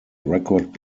record